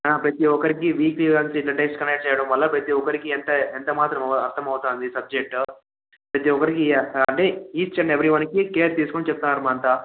ప్రతీ ఒక్కరికి weekly once ఇట్లా టెస్ట్ కండక్ట్ చేయడం వల్ల ప్రతీ ఒక్కరికి ఎంత ఎంత మాత్రం అర్థం అవుతుంది సబ్జెక్ట్ ప్రతీ ఒకరికి అదే ఈచ్ అండ్ ఎవరీవన్ కేర్ తీసుకొని చెప్తానారమ్మ అంత